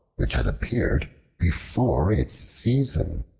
which had appeared before its season,